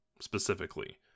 specifically